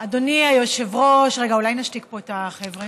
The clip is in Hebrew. אדוני היושב-ראש, רגע, אולי נשתיק פה את החבר'ה?